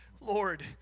Lord